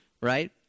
Right